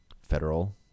federal